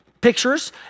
pictures